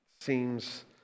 seems